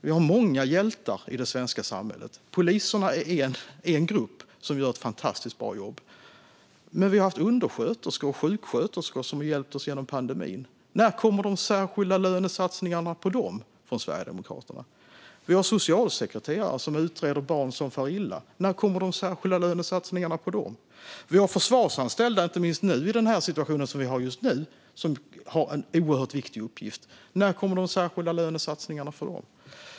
Vi har många hjältar i det svenska samhället. Poliserna är en grupp som gör ett fantastiskt bra jobb. Men vi har haft undersköterskor och sjuksköterskor som hjälpt oss genom pandemin. När kommer de särskilda lönesatsningarna på dem från Sverigedemokraterna? Vi har socialsekreterare som utreder barn som far illa. När kommer de särskilda lönesatsningarna på dem? Vi har försvarsanställda som har en oerhört viktig uppgift, inte minst i den situation vi har just nu. När kommer de särskilda lönesatsningarna på dem?